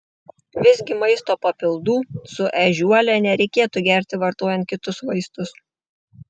visgi maisto papildų su ežiuole nereikėtų gerti vartojant kitus vaistus